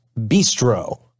Bistro